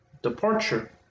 Departure